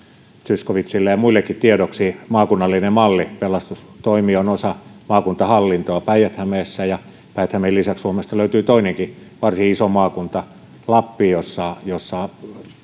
zyskowiczille ja muillekin tiedoksi maakunnallinen malli pelastustoimi on osa maakuntahallintoa päijät hämeessä ja päijät hämeen lisäksi suomesta löytyy toinenkin varsin iso maakunta lappi jossa jossa